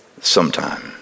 sometime